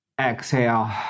Exhale